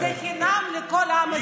זה חינם לכל עם ישראל.